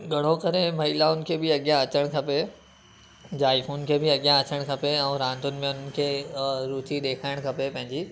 घणो करे महिलाउनि खे बि अॻियां अचणु खपे जाइफ़ुनि खे बि अॻियां अचणु खपे ऐं रांदुनि में उन्हनि खे रूचि ॾेखारण खपे पंहिंजी